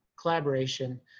collaboration